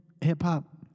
hip-hop